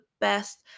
best